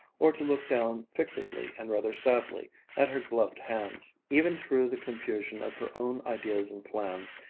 or to look down fixedly and rather sadly at her gloved hands. even through the confusion of her own ideas and plans,